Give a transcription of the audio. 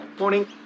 morning